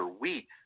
wheat